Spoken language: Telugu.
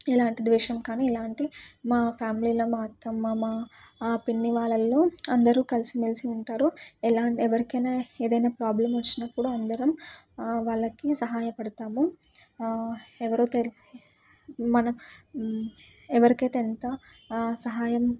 ఎలాంటి ద్వేషం కానీ ఎలాంటి మా ఫ్యామిలీలో మా అత్తమ్మ మా పిన్ని వాళ్ళలో అందరూ కలిసిమెలిసి ఉంటారు ఎలా ఎవరికైనా ఏదైనా ప్రాబ్లం వచ్చినా కూడా అందరం వాళ్ళకి సహాయపడుతాము ఎవరో తెలి మన ఎవరికైతే ఎంత సహాయం